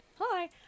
hi